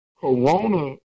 corona